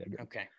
Okay